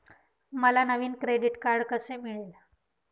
मला नवीन credit card कसे मिळेल?